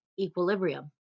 equilibrium